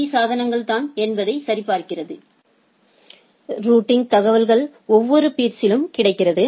பீ சாதனங்கள் தான் என்பதை சரிபார்க்கிறது ரூட்டிங் தகவல் ஒவ்வொரு பீர்ஸ்லும் கிடைக்கிறது